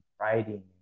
writing